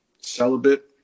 celibate